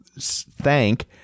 thank